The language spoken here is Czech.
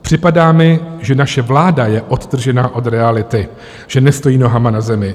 Připadá mi, že naše vláda je odtržena od reality, že nestojí nohama pevně na zemi.